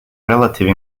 relative